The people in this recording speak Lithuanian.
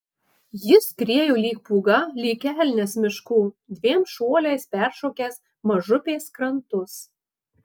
jis skriejo lyg pūga lyg elnias miškų dviem šuoliais peršokęs mažupės krantus